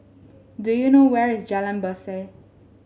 do you know where is Jalan Berseh